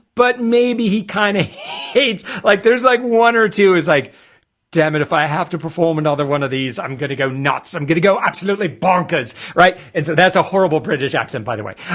but maybe he kind of hates like there's like one or two is like damn it, if i have to perform another one of these i'm gonna go not so i'm gonna go absolutely bonkers, right? and so that's a horrible british accent by the way,